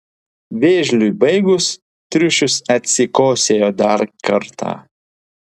vėžliui baigus triušis atsikosėjo dar kartą